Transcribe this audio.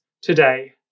today